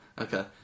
Okay